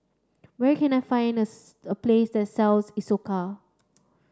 where can I find a place that sells Isocal